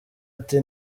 ati